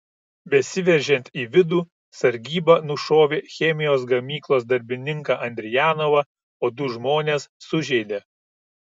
besiveržiant į vidų sargyba nušovė chemijos gamyklos darbininką andrijanovą o du žmones sužeidė